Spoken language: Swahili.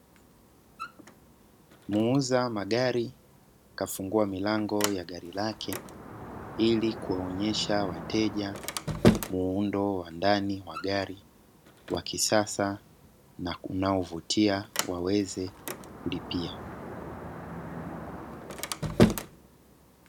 Muuza magari kafungua milango ya gari lake ili kuwaonyesha wateja muundo wa ndani wa gari wakisasa na unaovutia waweze kulipia.